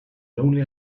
lonely